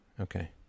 Okay